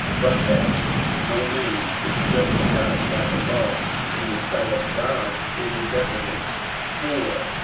but that no man is justified by the law in the sight of god, it is evident for,